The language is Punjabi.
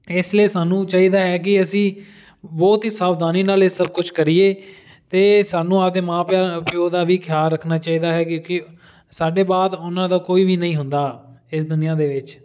ਇਸ ਲਈ ਸਾਨੂੰ ਚਾਹੀਦਾ ਹੈ ਕਿ ਅਸੀਂ ਬਹੁਤ ਹੀ ਸਾਵਧਾਨੀ ਨਾਲ ਇਹ ਸਭ ਕੁਝ ਕਰੀਏ ਅਤੇ ਸਾਨੂੰ ਆਪਦੇ ਮਾਂ ਪਿਉ ਪਿਉ ਦਾ ਵੀ ਖਿਆਲ ਰੱਖਣਾ ਚਾਹੀਦਾ ਹੈ ਕਿਉਂਕਿ ਸਾਡੇ ਬਾਅਦ ਉਹਨਾਂ ਦਾ ਕੋਈ ਵੀ ਨਹੀਂ ਹੁੰਦਾ ਇਸ ਦੁਨੀਆਂ ਦੇ ਵਿੱਚ